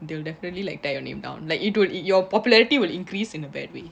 they will definitely like tear your name down like your popularity will increase in a bad way